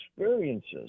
experiences